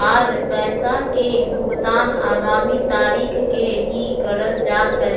आर पैसा के भुगतान आगामी तारीख के ही करल जा हय